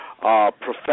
profession